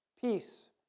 Peace